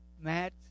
Matt